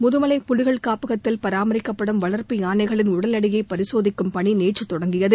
முதுமலை புலிகள் காப்பகத்தில் பராமிக்கப்படும் வளர்ப்பு யானைகளின் உடல் எடையை பரிசோதிக்கும் பணி நேற்று தொடங்கியது